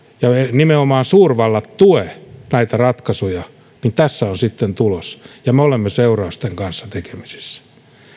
nimenomaan suurvallat tue näitä ratkaisuja niin tässä on sitten tulos ja me olemme seurausten kanssa tekemisissä